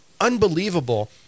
unbelievable